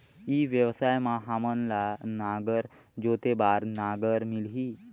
ई व्यवसाय मां हामन ला नागर जोते बार नागर मिलही?